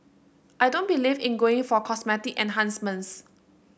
I don't believe in going for cosmetic enhancements